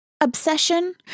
obsession